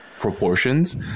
proportions